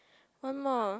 one more